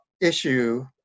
issue